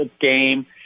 game